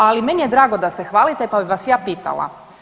Ali meni je drago da se hvalite, pa bi vas ja pitala.